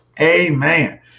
amen